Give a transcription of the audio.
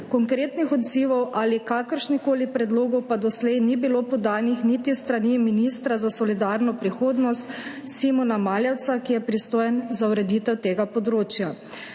Konkretnih odzivov ali kakršnih koli predlogov pa doslej ni bilo podanih niti s strani ministra za solidarno prihodnost Simona Maljevca, ki je pristojen za ureditev tega področja.